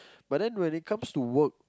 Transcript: but then when it comes to work